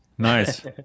Nice